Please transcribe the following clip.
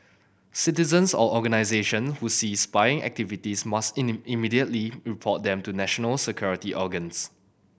citizens or organisation who see spying activities must immediately report them to national security organs